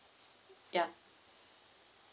ya